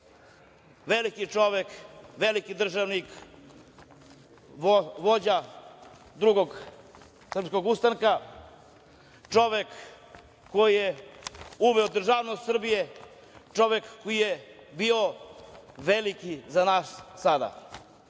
Veliki čovek, veliki državnik, vođa Drugog srpskog ustanka, čovek koji je uveo državnost Srbije, čovek koji je bio veliki za nas sada.